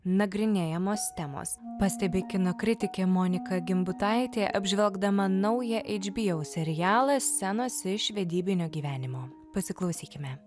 nagrinėjamos temos pastebi kino kritikė monika gimbutaitė apžvelgdama naują hbo serialo scenos iš vedybinio gyvenimo pasiklausykime